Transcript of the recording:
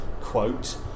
quote